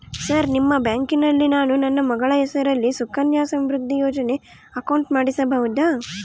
Sir ನಿಮ್ಮ ಬ್ಯಾಂಕಿನಲ್ಲಿ ನಾನು ನನ್ನ ಮಗಳ ಹೆಸರಲ್ಲಿ ಸುಕನ್ಯಾ ಸಮೃದ್ಧಿ ಯೋಜನೆ ಅಕೌಂಟ್ ಮಾಡಿಸಬಹುದಾ?